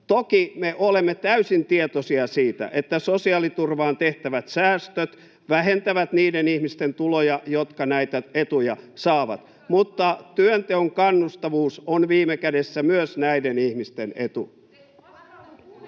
Toki me olemme täysin tietoisia siitä, että sosiaaliturvaan tehtävät säästöt vähentävät niiden ihmisten tuloja, jotka näitä etuja saavat, mutta työnteon kannustavuus on viime kädessä myös näiden ihmisten etu.